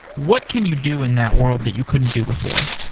what can you do in that world that you couldn't do before?